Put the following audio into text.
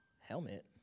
helmet